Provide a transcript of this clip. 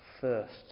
first